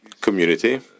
community